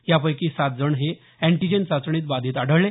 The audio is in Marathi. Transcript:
यापैकी सात जण हे अँटिजेन चाचणीत बाधित आढळले